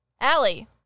Allie